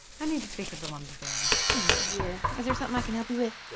i need to speak with the lumber baron. he ain't here, is there something i can help you with?